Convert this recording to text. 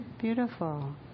Beautiful